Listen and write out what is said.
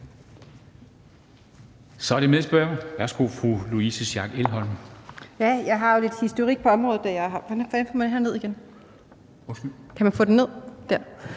Så er det medspørgeren. Værsgo, fru Louise Schack Elholm.